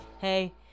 Hey